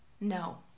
No